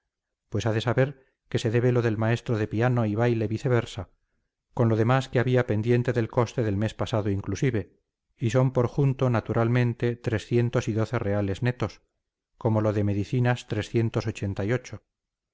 pues ha de saber que se debe lo del maestro de piano y baile viceversa con lo demás que había pendiente del coste del mes pasado inclusive y son por junto naturalmente trescientos y doce reales netos con lo de medicinas trescientos ochenta y ocho